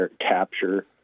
capture